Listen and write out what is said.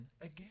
again